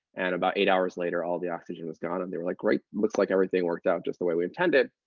and about eight hours later, all the oxygen was gone. and they were like, great. looks like everything worked out just the way we intended it.